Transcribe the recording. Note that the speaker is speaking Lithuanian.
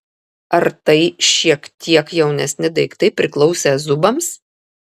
ar tai šiek tiek jaunesni daiktai priklausę zubams